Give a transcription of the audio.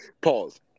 pause